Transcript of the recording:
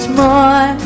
more